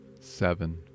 seven